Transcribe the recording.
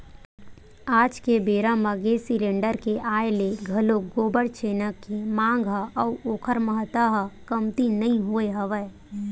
आज के बेरा म गेंस सिलेंडर के आय ले घलोक गोबर छेना के मांग ह अउ ओखर महत्ता ह कमती नइ होय हवय